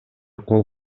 кол